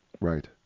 Right